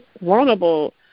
Vulnerable